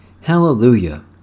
Hallelujah